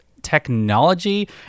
Technology